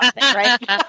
right